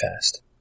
fast